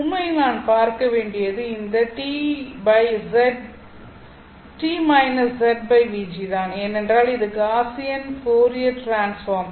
உண்மையில் நான் பார்க்க வேண்டியது இந்த t zvg தான் ஏனென்றால் இது காஸியனின் ஃபோரியர் டிரான்ஸ்பார்ம்